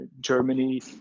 germany